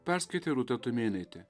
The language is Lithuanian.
perskaitė rūta tumėnaitė